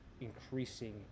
increasing